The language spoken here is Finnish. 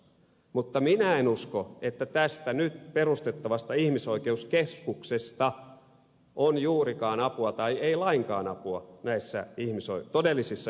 mutta minä en usko että tästä nyt perustettavasta ihmisoikeuskeskuksesta on juurikaan apua tai lainkaan apua näissä todellisissa ihmisoikeusongelmissa